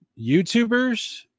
YouTubers